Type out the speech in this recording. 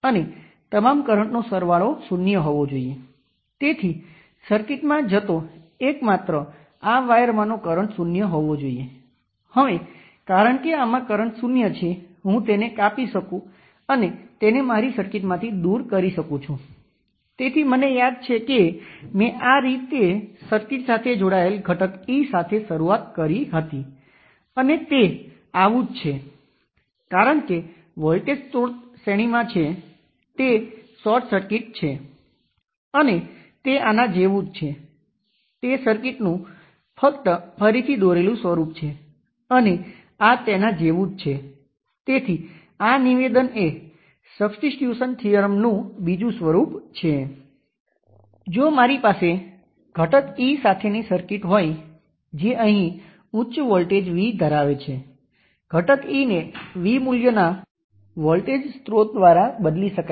હવે Norton resistance શોધવા માટે આપણે વોલ્ટેજ સોર્સને શોર્ટ સર્કિટ કરવું પડશે આપણે તેને નલ કરવું પડશે જેનો અર્થ એ છે કે તે શોર્ટ સર્કિટ છે અને આપણે 1 અને 1 પ્રાઇમ વચ્ચે રેઝિસ્ટન્સ શોધવો પડશે હંમેશની જેમ આપણે એક ટેસ્ટ વોલ્ટેજ લાગુ કરીએ છીએ અને કરંટ ને તે રીતે વહેતો શોધીએ છીએ